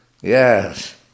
Yes